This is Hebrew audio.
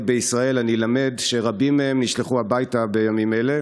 בישראל אני למד שרבים מהם נשלחו הביתה בימים אלה.